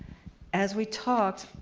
as we talked,